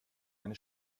eine